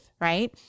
right